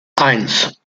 eins